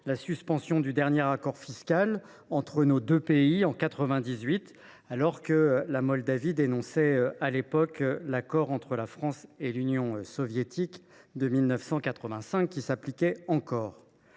la suspension du dernier accord fiscal entre nos deux pays, en 1998, lorsque la Moldavie dénonça l’accord entre la France et l’Union soviétique, qui datait de 1985 et s’appliquait encore.